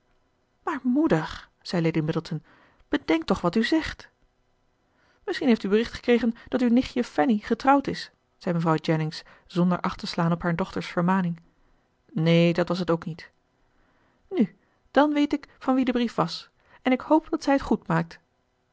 maar moeder zei lady middleton bedenk toch wat u zegt misschien hebt u bericht gekregen dat uw nichtje fanny getrouwd is zei mevrouw jennings zonder acht te slaan op haar dochters vermaning neen dat was het ook niet nu dàn weet ik van wie de brief was en ik hoop dat zij het goed maakt